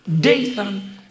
Dathan